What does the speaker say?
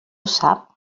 sap